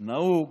נהוג